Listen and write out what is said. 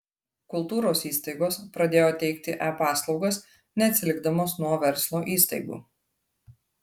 kultūros įstaigos pradėjo teikti e paslaugas neatsilikdamos nuo verslo įstaigų